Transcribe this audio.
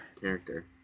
character